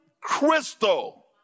crystal